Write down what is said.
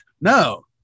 No